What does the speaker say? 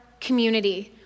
community